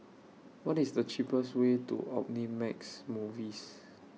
What IS The cheapest Way to Omnimax Movies